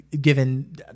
given